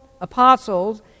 apostles